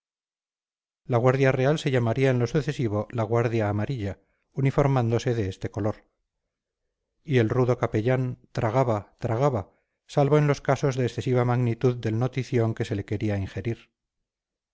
la guardia real se llamaría en lo sucesivo la guardia amarilla uniformándose de este color y el rudo capellán tragaba tragaba salvo en los casos de excesiva magnitud del notición que se le quería injerir